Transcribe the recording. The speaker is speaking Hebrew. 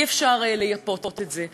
אי-אפשר לייפות את זה.